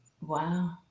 Wow